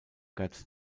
gerd